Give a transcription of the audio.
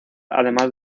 además